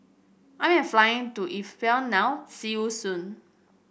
I am flying to Ethiopia now see you soon